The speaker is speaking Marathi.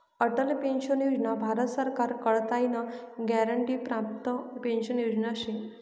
अटल पेंशन योजना भारत सरकार कडताईन ग्यारंटी प्राप्त पेंशन योजना शे